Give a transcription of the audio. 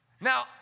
Now